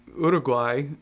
Uruguay